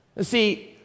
See